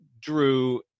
Drew